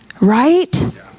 Right